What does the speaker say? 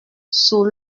sous